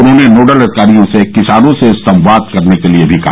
उन्होंने नोडल अधिकारियों से किसानों से संवाद करने के लिये भी कहा